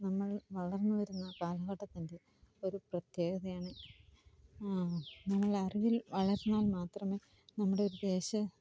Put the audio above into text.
നമ്മൾ വളർന്നുവരുന്ന കാലഘട്ടത്തിന്റെ ഒരു പ്രത്യേകയാണ് നമ്മളറിവിൽ വളർന്നാൽ മാത്രമെ നമ്മുടെ ഒരു ദേശത്തെ